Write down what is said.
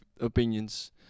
opinions